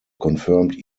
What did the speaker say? confirmed